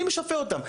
מי משפה אותם?